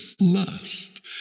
lust